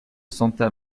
santa